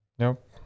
Nope